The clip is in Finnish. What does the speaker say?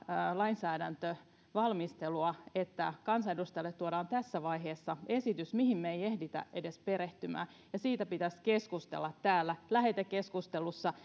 lainsäädäntövalmistelua että kansanedustajalle tuodaan tässä vaiheessa esitys mihin me emme ehdi edes perehtyä siitä pitäisi keskustella täällä lähetekeskustelussa